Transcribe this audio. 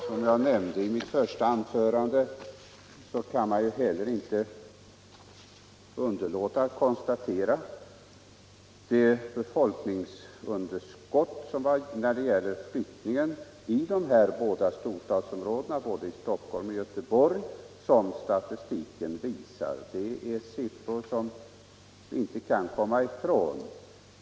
Som jag nämnde i mitt första anförande kan man inte undgå att konstatera att det uppstått ett flyttningsunderskott i de båda storstadsområdena Stockholm och Göteborg. Statistiken visar siffror som vi inte kan komma ifrån.